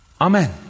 Amen